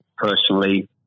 personally